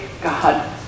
God